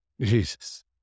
Jesus